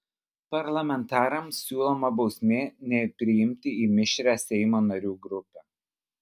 parlamentarams siūloma bausmė nepriimti į mišrią seimo narių grupę